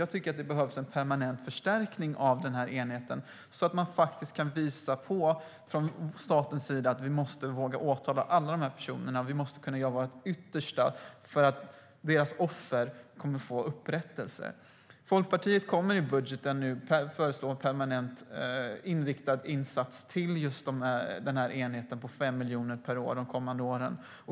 Jag tycker att det behövs en permanent förstärkning av den här enheten, så att man från statens sida kan visa på att vi måste våga åtala alla de här personerna och göra vårt yttersta för att deras offer ska få upprättelse. Folkpartiet kommer i budgeten att föreslå en permanent riktad insats till just den här enheten på 5 miljoner per år de kommande åren.